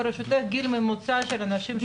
ברשותך את הגיל הממוצע של האנשים שנפטרו?